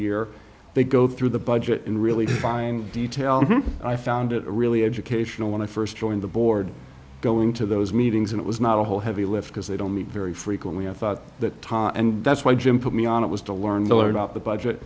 year they go through the budget in really fine detail i found it really educational when i first joined the board going to those meetings and it was not a whole heavy lift because they don't meet very frequently i thought that and that's why jim put me on it was to learn miller about the budget